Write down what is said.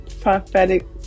prophetic